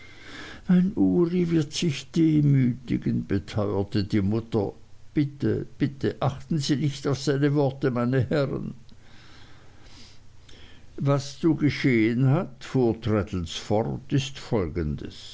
wird sich demütigen beteuerte die mutter bitte bitte achten sie nicht auf seine worte meine herren was zu geschehen hat fuhr traddles fort ist folgendes